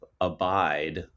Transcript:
abide